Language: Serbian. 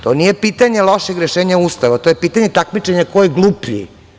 To nije pitanje lošeg rešanja Ustava, to je pitanje takmičenja ko je gluplji.